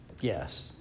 yes